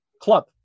club